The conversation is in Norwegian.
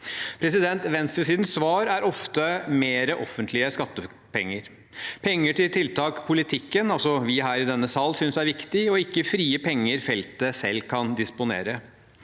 Venstresidens svar er ofte mer offentlige skattepenger, penger til tiltak politikere – altså vi her i denne sal – synes er viktig, og ikke frie penger feltet selv kan disponere.